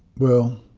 well,